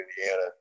Indiana